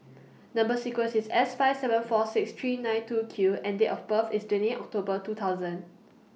Number sequence IS S five seven four six three nine two Q and Date of birth IS twenty eight October two thousand